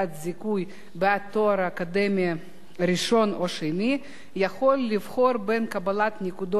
בעד תואר אקדמי ראשון או שני יכול לבחור בין קבלת נקודות הזיכוי